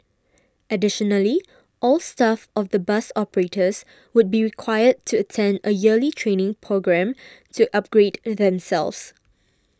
additionally all staff of the bus operators would be required to attend a yearly training programme to upgrade themselves